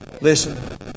Listen